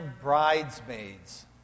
Bridesmaids